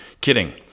Kidding